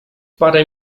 parę